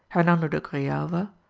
hernando de grijalva,